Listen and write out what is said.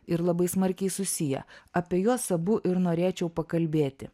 ir labai smarkiai susiję apie juos abu ir norėčiau pakalbėti